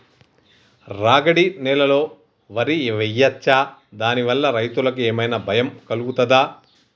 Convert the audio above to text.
రాగడి నేలలో వరి వేయచ్చా దాని వల్ల రైతులకు ఏమన్నా భయం కలుగుతదా?